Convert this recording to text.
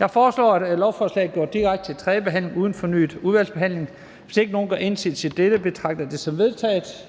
Jeg foreslår, at lovforslaget går direkte til tredje behandling uden fornyet udvalgsbehandling. Hvis ingen gør indsigelse mod dette, betragter jeg det som vedtaget.